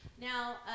now